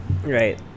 right